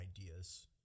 ideas